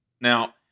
Now